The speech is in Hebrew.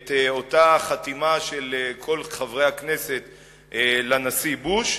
את אותה חתימה של כל חברי הכנסת לנשיא בוש.